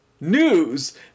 News